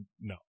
No